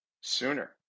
sooner